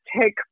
take